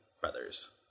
brothers